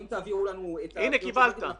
הארגונים האלה מאוד מקצועיים ומאוד יעילים בעבודה שלהם.